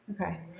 Okay